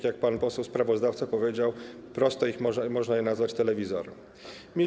Jak pan poseł sprawozdawca powiedział, prosto można je nazwać telewizorami.